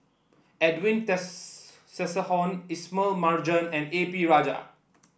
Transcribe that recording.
Edwin Ismail Marjan and A P Rajah